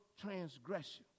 transgressions